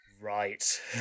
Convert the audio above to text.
Right